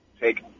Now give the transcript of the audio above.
take